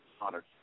honored